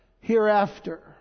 hereafter